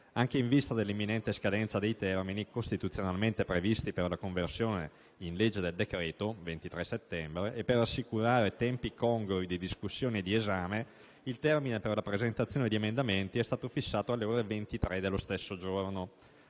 Anche in vista dell'imminente scadenza dei termini costituzionalmente previsti per la conversione in legge del decreto - il 23 settembre - e per assicurare tempi congrui di discussione e di esame, il termine per la presentazione di emendamenti è stato fissato alle ore 23 dello stesso giorno.